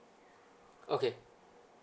okay